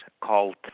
called